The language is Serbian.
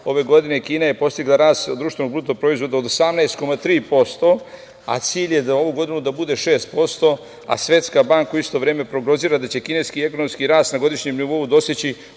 ove godine Kina je postigla rast BDP-a od 18,3%, a cilj je za ovu godinu da bude 6%, a Svetska banka u isto vreme prognozira da će kineski ekonomski rast na godišnjem nivou dostići